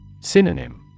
Synonym